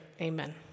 amen